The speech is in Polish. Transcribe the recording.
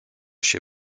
się